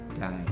die